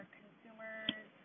consumers